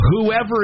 whoever